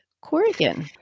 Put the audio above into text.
Corrigan